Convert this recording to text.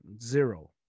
zero